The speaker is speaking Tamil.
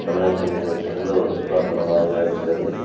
தமிழகத்தின் மிக சிறந்த ஒரு சுற்றுலாத்தலமாக இருக்கிறது